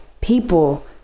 people